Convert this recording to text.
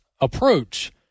approach